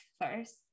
first